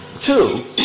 Two